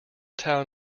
town